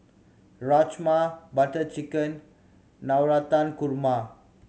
Rajma Butter Chicken Navratan Korma